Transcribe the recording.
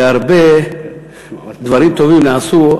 והרבה דברים טובים נעשו,